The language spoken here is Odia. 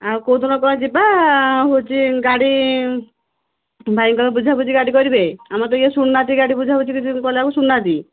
ଆଉ କେଉଁଦିନ କ'ଣ ଯିବା ହେଉଛି ଗାଡ଼ି ଭାଇଙ୍କୁ କହିବ ବୁଝା ବୁଝି ଗାଡ଼ି କରିବେ ଆମର ତ ଇଏ ଶୁଣୁନାହାଁନ୍ତି ଗାଡ଼ି ବୁଝା ବୁଝି କିଛି କହିଲା ବେଳକୁ ଶୁଣୁନାହାଁନ୍ତି